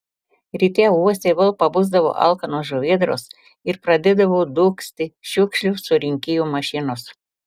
ryte uoste vėl pabusdavo alkanos žuvėdros ir pradėdavo dūgzti šiukšlių surinkėjų mašinos